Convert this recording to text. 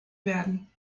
werden